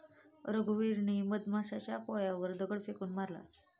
रघुवीरने मधमाशांच्या पोळ्यावर दगड फेकून मारला